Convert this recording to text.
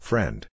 Friend